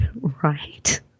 Right